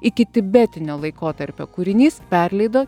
ikitibetinio laikotarpio kūrinys perleido